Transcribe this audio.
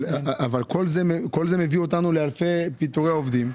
אבל כל זה מביא אותנו לאלפי פיטורי עובדים.